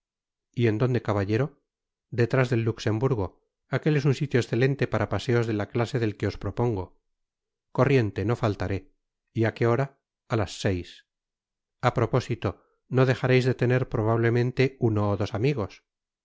y en dónde caballero detrás del luxemburgo aquel es un sitio escalente para paseos de la clase det que os propongo corriente no faltaré y á qué hora a las seis apropósito no dejareis de tener probablemente uno ó dos amigos